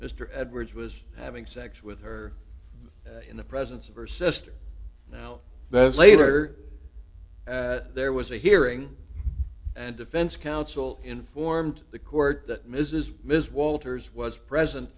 mr edwards was having sex with her in the presence of her sister now that's later there was a hearing and defense counsel informed the court that mrs ms walters was present